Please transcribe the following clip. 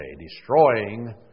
destroying